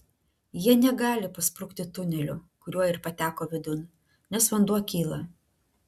jie negali pasprukti tuneliu kuriuo ir pateko vidun nes vanduo kyla